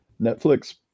Netflix